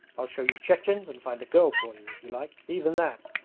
i'll show you chechens and find a girl for you, if you like even that!